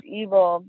evil